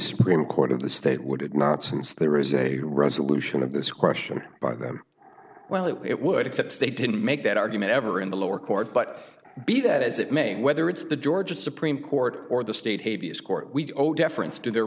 supreme court of the state would not since there is a resolution of this question by them well it would except they didn't make that argument ever in the lower court but be that as it may whether it's the georgia supreme court or the state a b s court we owed deference to their